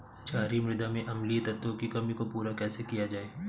क्षारीए मृदा में अम्लीय तत्वों की कमी को पूरा कैसे किया जाए?